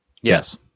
Yes